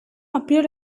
appeared